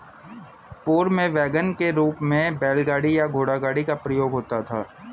पूर्व में वैगन के रूप में बैलगाड़ी या घोड़ागाड़ी का प्रयोग होता था